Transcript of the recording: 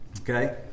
Okay